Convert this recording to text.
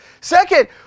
Second